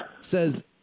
Says